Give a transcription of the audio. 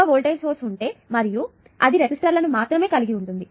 ఒకే voltage source ఉంటే మరియు ఇది రెసిస్టర్లను మాత్రమే కలిగి ఉంటుంది